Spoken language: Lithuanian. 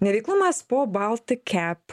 nereiklumas po baltik kep